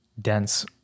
dense